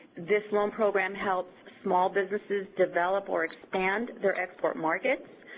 this loan program helps small businesses develop or expand their export markets.